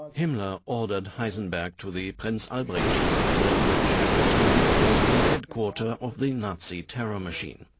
ah himmler ordered heisenberg to the and um like ah so which at the time was the headquarter of the nazi terror machine.